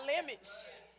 limits